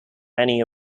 many